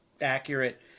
accurate